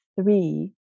three